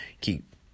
keep